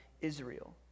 Israel